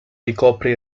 ricopre